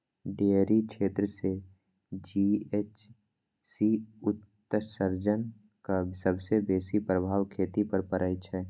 dairy क्षेत्र सं GHC उत्सर्जनक सबसं बेसी प्रभाव खेती पर पड़ै छै